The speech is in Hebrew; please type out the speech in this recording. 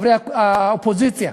חברי האופוזיציה,